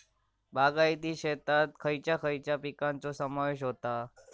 बागायती शेतात खयच्या खयच्या पिकांचो समावेश होता?